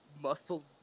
muscle